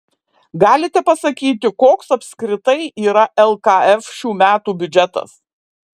galite pasakyti koks apskritai yra lkf šių metų biudžetas